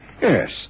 Yes